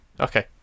Okay